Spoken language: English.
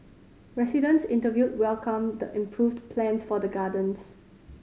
residents interviewed welcomed the improved plans for the gardens